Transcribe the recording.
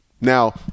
Now